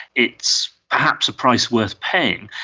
it's perhaps a price worth paying,